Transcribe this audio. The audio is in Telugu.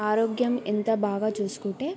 ఆరోగ్యం ఎంత బాగా చూసుకుంటే